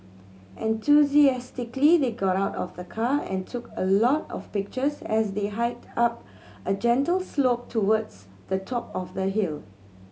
enthusiastically they got out of the car and took a lot of pictures as they hiked up a gentle slope towards the top of the hill